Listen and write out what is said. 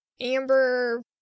Amber